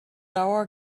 hour